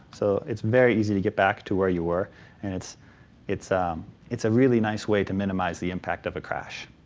so it's very easy to get back to where you were and it's it's a really nice way to minimize the impact of a crash.